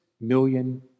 million